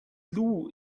lou